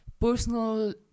personal